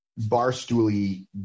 Barstooly